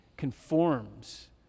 Conforms